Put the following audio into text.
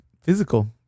physical